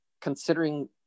considering